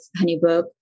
HoneyBook